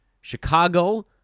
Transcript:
Chicago